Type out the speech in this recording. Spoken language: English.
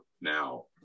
now